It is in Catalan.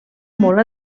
molt